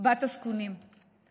בת הזקונים.